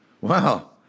Wow